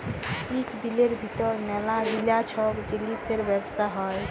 ইক দিলের ভিতর ম্যালা গিলা ছব জিলিসের ব্যবসা হ্যয়